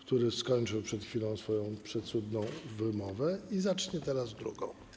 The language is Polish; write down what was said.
który skończył przed chwilą swoją przecudną przemowę i zacznie teraz drugą.